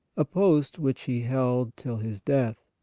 a post which he held till his death.